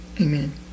Amen